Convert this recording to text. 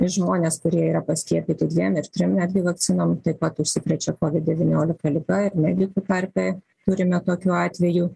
žmonės kurie yra paskiepyti dviem ir trim netgi vakcinom taip pat užsikrečia kovid devyniolika liga ir medikų tarpe turime tokių atvejų